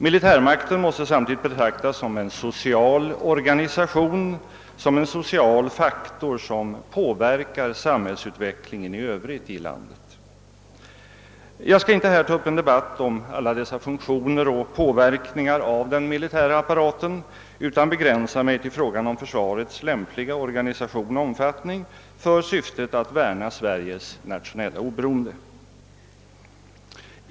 Militärmakten måste samtidigt betraktas som en social organisation, som en social faktor som påverkar samhällsutvecklingen i övrigt i landet. Jag skall inte nu ta upp en debatt om alla dessa funktioner hos och verkningar av den militära apparaten, utan ämnar begränsa mig till frågan om försvarets lämpliga organisation och omfattning för syftet att värna Sveriges nationella oberoende.